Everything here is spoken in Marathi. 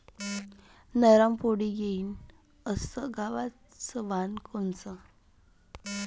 नरम पोळी येईन अस गवाचं वान कोनचं?